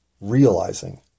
realizing